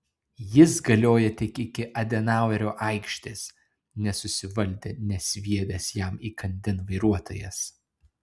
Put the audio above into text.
jis galioja tik iki adenauerio aikštės nesusivaldė nesviedęs jam įkandin vairuotojas